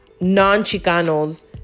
non-Chicanos